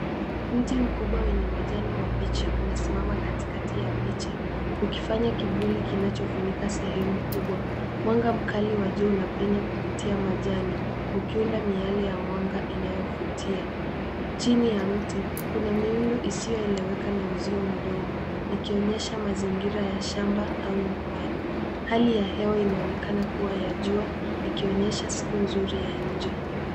Mti mkubwa wenye majani mabichi unasimama katikati ya picha, ukifanya kivuli kinachofunika sehemu kubwa. Mwanga mkali wa jua unapenya kupitia majani, ukiunda miale ya mwanga inayovutia. Chini ya mti, kuna miundo isiyoeleweka na uzio mdogo, ikionyesha mazingira ya shamba au nyumbani. Hali ya hewa inaonekana kuwa ya jua, ikionyesha siku nzuri ya nje.